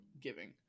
giving